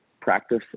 practice